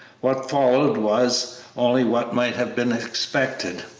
what followed was only what might have been expected.